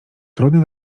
trudny